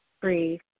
free